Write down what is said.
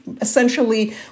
essentially